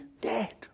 dead